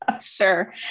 Sure